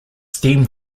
steam